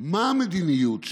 מה המדיניות שלכם.